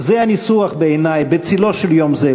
זה הניסוח בעיני: "בצלו של יום זה",